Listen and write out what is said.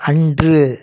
அன்று